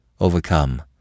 overcome